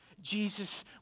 Jesus